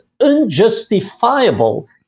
unjustifiable